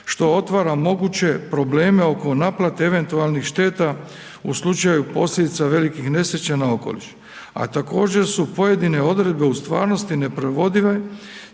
što otvara moguće probleme oko naplate eventualnih šteta u slučaju posljedica velikih nesreća na okoliš, a također su pojedine odredbe u stvarnosti neprovodive,